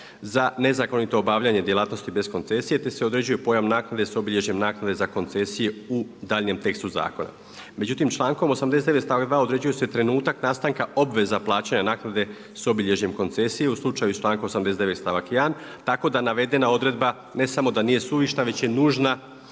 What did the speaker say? za nezakonito obavljanje djelatnosti bez koncesije te se određuje pojam naknade sa obilježjem naknade za koncesije u daljnjem tekstu zakona. Međutim, člankom 89., stavak 2 određuje se trenutak nastanka obveza plaćanje naknade s obilježjem koncesije u slučaju s člankom 89. stavak 1. tako da navedena odredba ne samo da nije suvišna već je nužna